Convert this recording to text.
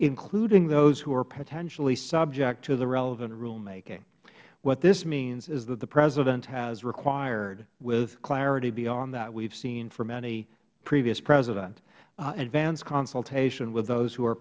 including those who are potentially subject to the relevant rulemaking what this means is that the president has required with clarity beyond that we have seen from any previous president advanced consultation with those who are